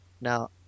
Now